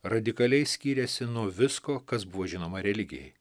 radikaliai skyrėsi nuo visko kas buvo žinoma religijai